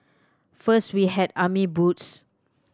first we had army boots